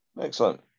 excellent